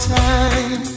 time